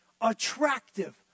attractive